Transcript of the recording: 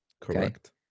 correct